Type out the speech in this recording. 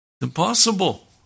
Impossible